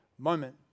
moment